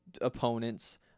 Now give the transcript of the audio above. opponents